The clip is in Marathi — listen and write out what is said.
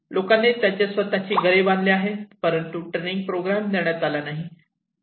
लोकांनी त्यांचे स्वतःचे घरे बांधली आहेत परंतु ट्रेनिंग प्रोग्राम देण्यात आला नाही